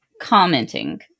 commenting